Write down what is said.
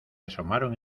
asomaron